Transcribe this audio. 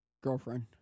girlfriend